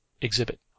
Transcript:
exhibit